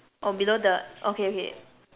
oh below the okay okay